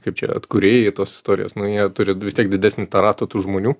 kaip čia atkūrėjai tos istorijos nu jie turi vis tiek didesnį tą ratą tų žmonių